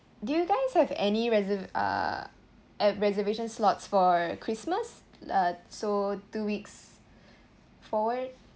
do you guys have any reser~ uh at reservation slots for christmas uh so two weeks forward